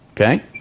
okay